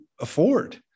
afford